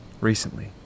recently